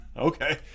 Okay